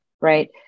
right